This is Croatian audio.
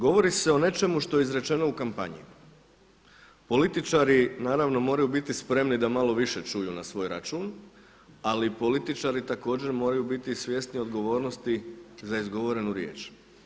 Govori se o nečemu što je izrečeno u kampanji, političari naravno moraju biti spremni da malo više čuju na svoj račun, ali političari također moraju biti svjesni odgovornosti za izgovorenu riječ.